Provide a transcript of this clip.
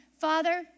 Father